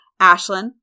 Ashlyn